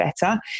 better